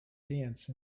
dance